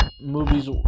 movies